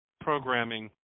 programming